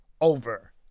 over